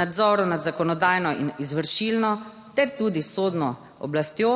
nadzoru nad zakonodajno in izvršilno ter tudi sodno oblastjo